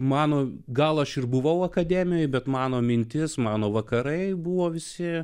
mano gal aš ir buvau akademijoje bet mano mintis mano vakarai buvo visi